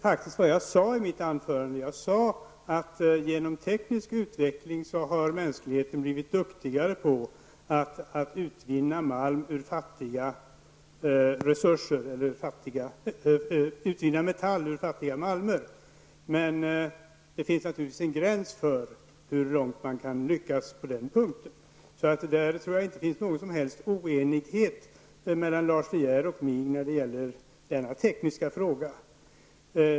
Herr talman! Jag sade, Lars De Geer, faktiskt i mitt anförande att mänskligheten genom teknisk utveckling har blivit duktigare på att utvinna metall ur fattiga malmer. Men det finns naturligtvis en gräns för hur långt man kan gå på den punkten. Jag tror inte att det finns någon som helst oenighet mellan Lars De Geer och mig när det gäller denna tekniska fråga.